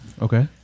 Okay